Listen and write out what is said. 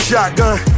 Shotgun